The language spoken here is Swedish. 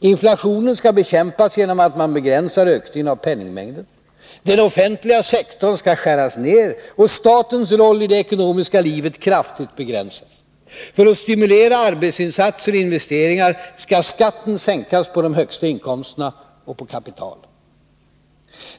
Inflationen skall bekämpas genom att man begränsar ökningen av penningmängden. Den offentliga sektorn skall skäras ner och statens roll i det ekonomiska livet kraftigt begränsas. För att stimulera arbetsinsatser och investeringar, skall skatten sänkas på de högsta inkomsterna och på kapital.